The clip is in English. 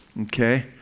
Okay